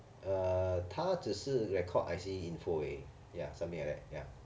uh 他只是 record I_C info 而已 ya something like that ya